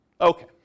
okay